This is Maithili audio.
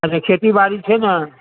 खेती बारी छै ने